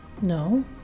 No